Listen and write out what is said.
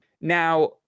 Now